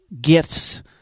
gifts